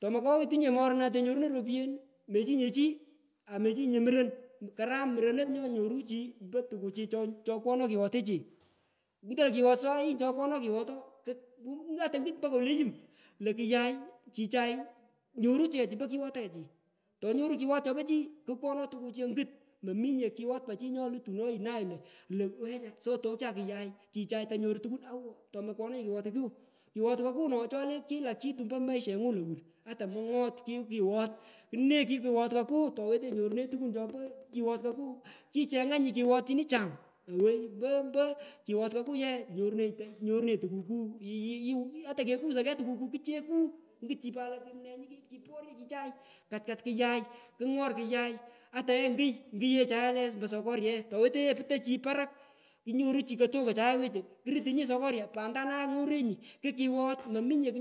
To makoghitunye moruna tenyoruno ropuyen imochinyinye chii amechinyi nye muron karam muronot nyonyoru chii mpo tukuchi chopkono kighotichi ngutonyi lo kiwostoi chopkono kighot ooh ng’aa tukul mpaka woi le yum lo kuyay chichay nyoru chechi ompo kighotechi tonyorunyi kighot chopochi kapkono tukuchi ongut mominye kighot pochi nyolutuno yinayi lo wechara sotot chai kuyay awo tomapkana nye kighotiku kighot koku no chole kila kitu ompo maishengu lowur ata mongot kukighot kne kukighot koku towetengi ngorune tukunu chopo kighot koku kichnganyi kighot chini chang owoi mpo mpo kighot koku ye nyorunenyi tukuku yiyiwu ata kekusa key tukuku kucheku ngut chi pat lo kiporyo chichay kat kat kuyay kungor kuyay ataye nguy nguyechaye ataye mposokorya ye towetoye putoi chi parak kunyoruchi katoy kochai wechon kurutunyi sokorya pantonaye ngorenyi kukighot